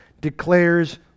declares